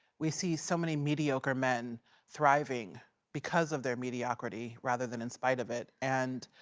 we see so many mediocre men thriving because of their mediocrity. rather than in spite of it. and,